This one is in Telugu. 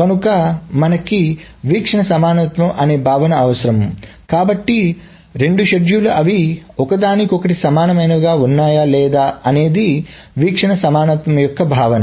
కనుక మనకి వీక్షణ సమానత్వం అనే భావన అవసరం కాబట్టి రెండు షెడ్యూల్లు అవి ఒకదానికొకటి సమానమైనవిగా ఉన్నాయా లేదా అనేది వీక్షణ సమానత్వం యొక్క భావన